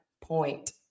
point